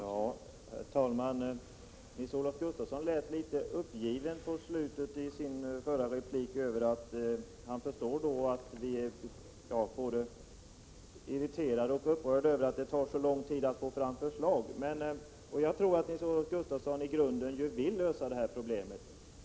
Herr talman! Nils-Olof Gustafsson lät litet uppgiven i slutet av sitt förra inlägg. Han förstår att vi är både irriterade och upprörda över att det tar så lång tid att få fram förslag. Jag tror att Nils-Olof Gustafsson i grunden vill lösa detta problem.